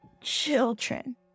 Children